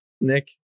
Nick